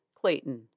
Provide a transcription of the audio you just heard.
Clayton